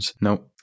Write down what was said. No